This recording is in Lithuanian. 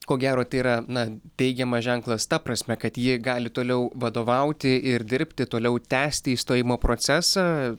ko gero tai yra na teigiamas ženklas ta prasme kad ji gali toliau vadovauti ir dirbti toliau tęsti išstojimo procesą